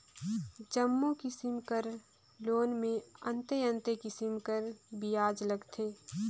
जम्मो किसिम कर लोन में अन्ते अन्ते किसिम कर बियाज लगथे